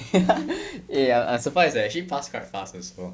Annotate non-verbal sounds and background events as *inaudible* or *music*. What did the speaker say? *laughs* eh I'm I'm surprised eh actually pass quite fast also